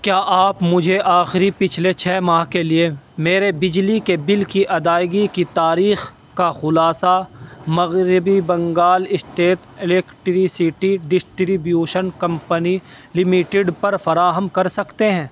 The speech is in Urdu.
کیا آپ مجھے آخری پچھلے چھ ماہ کے لیے میرے بجلی کے بل کی ادائیگی کی تاریخ کا خلاصہ مغربی Bengal state electricity distribution company limited پر فراہم کر سکتے ہیں